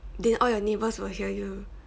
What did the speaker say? then all your neighbours will hear you